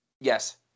Yes